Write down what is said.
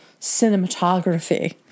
cinematography